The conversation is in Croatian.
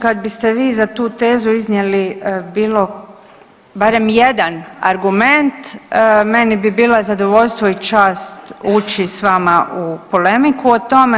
Kad biste vi za tu tezu iznijeli bilo, barem jedan argument, meni bi bilo zadovoljstvo i čast ući s vama u polemiku o tome.